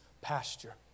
pasture